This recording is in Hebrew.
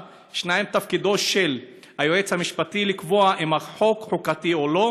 1. 2. תפקידו של היועץ המשפטי לקבוע אם החוק חוקתי או לא.